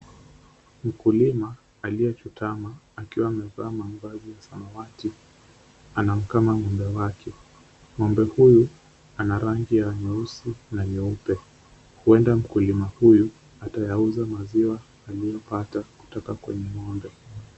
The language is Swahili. Mkulima aliyechutama akiwa amevaa mavazi ya samawati anamkama ng'ombe wake, ng'ombe huyu ana rangi ya nyeusi na nyeupe, huenda mkulima huyu atayauza maziwa aliyopata kutoka kwenye ng'ombe.